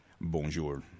bonjour